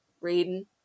Reading